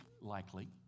likely